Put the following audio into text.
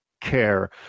care